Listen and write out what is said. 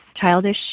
childish